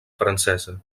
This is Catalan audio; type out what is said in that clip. francesa